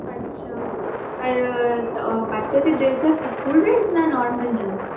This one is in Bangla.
আচ্ছা আর ও বাচ্চাদের ড্রেসটা কি স্কুলটা কি স্কুল ড্রেস না নর্মাল ড্রেস